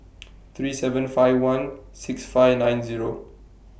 three seven five one six five nine Zero